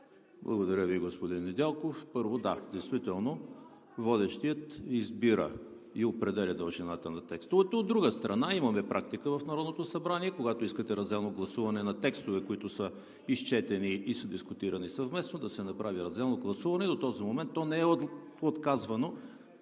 Благодаря Ви, уважаеми господин Недялков. Първо, да, действително водещият избира и определя дължината на текстовете. От друга страна, имаме практика в Народното събрание, когато искате разделно гласуване на текстове, които са изчетени и са дискутирани съвместно, да се направи разделно гласуване. До този момент то не е отказвано